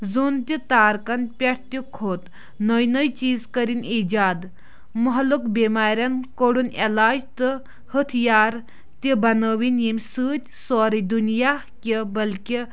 زوٚن تہِ تارکَن پٮ۪ٹھ تہِ کھوٚت نٔے نٔے چیٖز کٔرِنۍ ایٖجاد محلُک بٮ۪مارٮ۪ن کوٚڑُن علاج تہٕ ۂتھ یار تہِ بَنٲوِنۍ ییٚمہِ سۭتۍ سورُے دُنیا کہِ بٔلکہِ